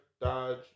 Dodge